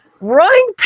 Running